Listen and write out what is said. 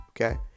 Okay